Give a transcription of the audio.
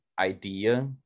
idea